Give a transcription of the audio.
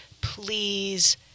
please